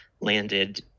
landed